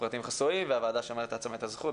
פרטים חסויים והוועדה שומרת לעצמה את הזכות,